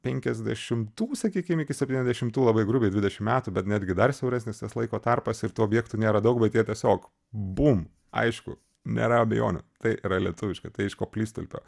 penkiasdešimtų sakykim iki septyniasdešimtų labai grubiai dvidešim metų bet netgi dar siauresnis tas laiko tarpas ir tų objektų nėra daug bet jie tiesiog bum aišku nėra abejonių tai yra lietuviška tai iš koplystulpio